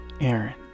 Aaron